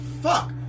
fuck